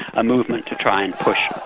a movement to try and push